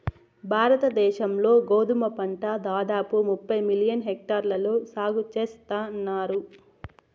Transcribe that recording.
భారత దేశం లో గోధుమ పంట దాదాపు ముప్పై మిలియన్ హెక్టార్లలో సాగు చేస్తన్నారు